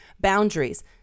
boundaries